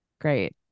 Great